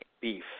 beef